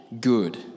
good